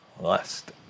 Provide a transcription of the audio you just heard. lust